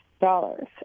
dollars